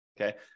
Okay